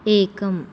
एकम्